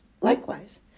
Likewise